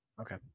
Okay